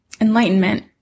enlightenment